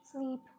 sleep